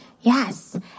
Yes